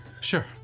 Sure